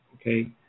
okay